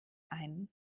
ein